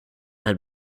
had